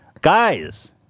Guys